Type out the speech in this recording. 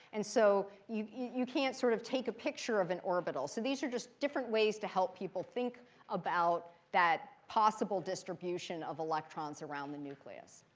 and so you you can't sort of take a picture of an orbital. so these are just different ways to help people think about that possible distribution of electrons around the nucleus.